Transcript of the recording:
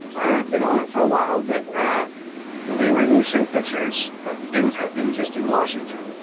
i haven't been on it for a while, but well they regularly show pictures of things happening just in washington.